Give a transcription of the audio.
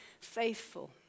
faithful